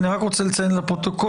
אני רק רוצה לציין לפרוטוקול,